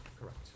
Correct